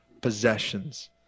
possessions